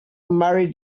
marry